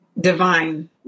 divine